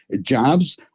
jobs